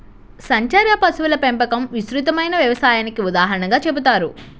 సంచార పశువుల పెంపకం విస్తృతమైన వ్యవసాయానికి ఉదాహరణగా చెబుతారు